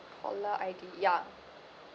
caller I_D ya